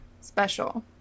special